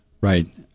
Right